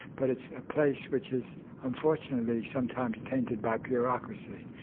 but it's a place which is unfortunately sometimes tainted by bureaucracy,